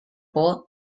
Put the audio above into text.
por